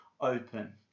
Open